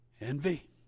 envy